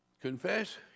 Confess